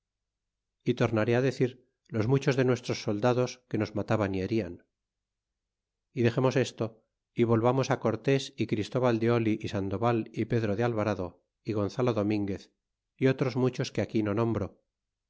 y tornaré decir los muchos de nuestros soldados que nos mataban y herian y dexemos esto y volvamos cortés y christoval de oli y sandoval y pedro de alvarado y gonzalo dominguez y otros muchos que aquí no nombro